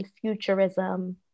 Futurism